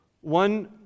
One